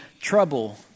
trouble